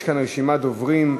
יש כאן רשימת דוברים.